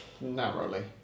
narrowly